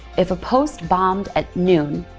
if a post bombed at noon,